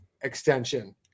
extension